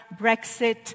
Brexit